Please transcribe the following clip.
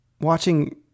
watching